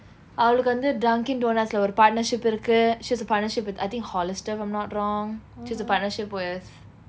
அவளுக்கு வந்து:avalukku vanthu dunkin donuts இல்ல ஒரு:illa oru partnership இருக்கு:irukku she's a partnership with I think hollister if I'm not wrong she has a partnership with